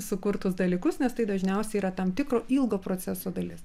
sukurtus dalykus nes tai dažniausiai yra tam tikro ilgo proceso dalis